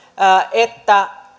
että